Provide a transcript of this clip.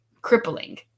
crippling